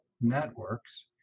networks